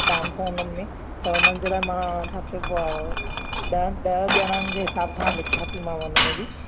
dance हुननि में त हुननि जे लाइ मां छा चइबो आहे ॾहनि ॾह ॼणनि जे हिसाब सां लिखिया थी मांव हुन में बि